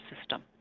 system